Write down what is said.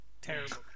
Terrible